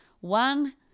one